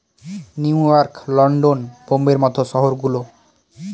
new York, London, বোম্বের মত শহর গুলো